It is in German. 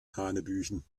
hanebüchen